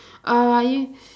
uh are you